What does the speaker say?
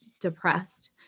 depressed